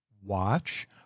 watch